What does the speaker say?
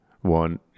one